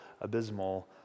abysmal